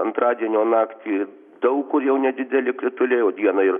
antradienio naktį daug kur jau nedideli krituliai o dieną ir